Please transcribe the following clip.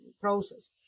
process